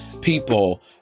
people